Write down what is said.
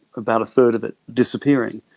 about a third of it disappearing.